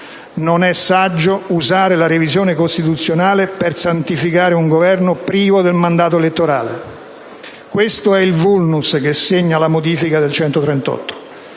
Non è saggio usare la revisione costituzionale per santificare un Governo privo del mandato elettorale. Questo è il *vulnus* che segna la modifica